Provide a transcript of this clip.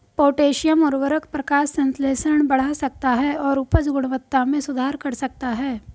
potassium उवर्रक प्रकाश संश्लेषण बढ़ा सकता है और उपज गुणवत्ता में सुधार कर सकता है